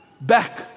back